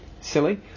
silly